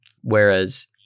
Whereas